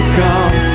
come